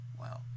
Wow